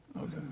okay